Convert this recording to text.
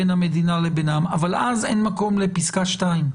בין המדינה לבינם אבל אז אין מקום לפסקה (2).